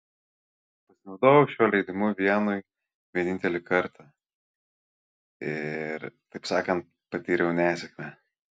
pasinaudojau šiuo leidimu vienui vienintelį kartą ir taip sakant patyriau nesėkmę